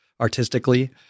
artistically